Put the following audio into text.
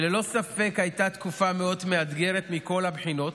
שללא ספק הייתה תקופה מאוד מאתגרת מכל הבחינות,